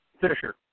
Fisher